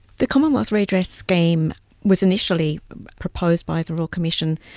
the commonwealth redress scheme was initially proposed by the royal commission,